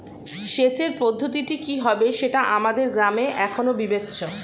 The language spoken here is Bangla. সেচের পদ্ধতিটি কি হবে সেটা আমাদের গ্রামে এখনো বিবেচ্য